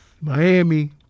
Miami